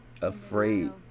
afraid